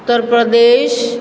Uttar Pradesh